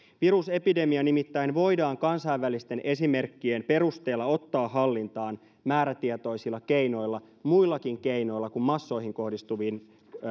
virusepidemia nimittäin voidaan kansainvälisten esimerkkien perusteella ottaa hallintaan määrätietoisilla keinoilla muillakin keinoilla kuin massoihin kohdistuvilla